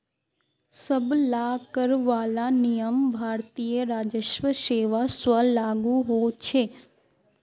सब ला कर वाला नियम भारतीय राजस्व सेवा स्व लागू होछे